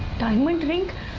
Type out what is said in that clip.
diamond ring